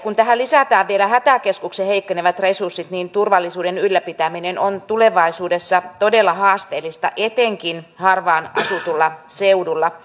kun tähän lisätään vielä hätäkeskuksen heikkenevät resurssit niin turvallisuuden ylläpitäminen on tulevaisuudessa todella haasteellista etenkin harvaan asutulla seudulla